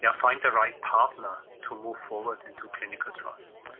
yeah find the right partner to move forward into clinical trials.